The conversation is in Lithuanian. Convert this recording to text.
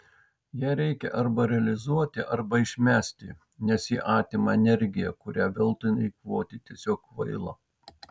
ją reikia arba realizuoti arba išmesti nes ji atima energiją kurią veltui eikvoti tiesiog kvaila